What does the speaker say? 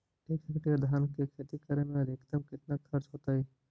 एक हेक्टेयर धान के खेती करे में अधिकतम केतना खर्चा होतइ?